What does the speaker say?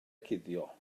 cuddio